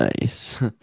nice